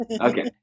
okay